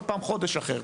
כל פעם חודש אחר,